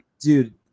Dude